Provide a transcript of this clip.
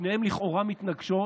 שתיהן מתנגשות,